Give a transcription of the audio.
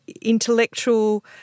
intellectual